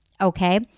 Okay